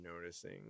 noticing